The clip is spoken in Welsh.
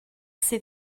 sydd